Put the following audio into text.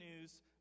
news